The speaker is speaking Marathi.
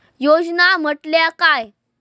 योजना म्हटल्या काय?